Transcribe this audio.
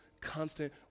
constant